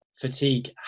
fatigue